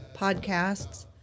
Podcasts